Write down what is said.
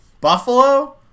Buffalo